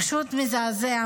פשוט מזעזע.